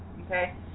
okay